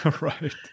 Right